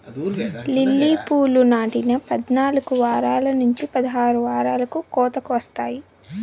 lily పూలు నాటిన పద్నాలుకు వారాల నుంచి పదహారు వారాలకు కోతకు వస్తాయి